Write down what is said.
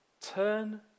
Turn